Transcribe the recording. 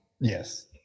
Yes